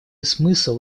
смысл